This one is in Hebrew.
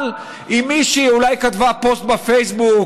אבל מישהי כתבה אולי פוסט בפייסבוק,